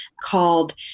called